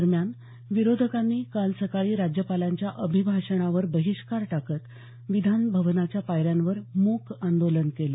दरम्यान विरोधकांनी काल सकाळी राज्यपालांच्या अभिभाषणावर बहिष्कार टाकत विधान भवनाच्या पायऱ्यांवर मूक आंदोलन केलं